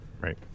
right